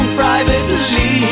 privately